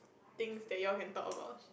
things that you all can talk about